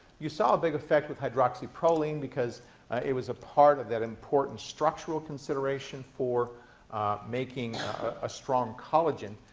you saw a big effect with hydroxyproline because it was a part of that important structural consideration for making a strong collagen.